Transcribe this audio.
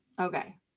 Okay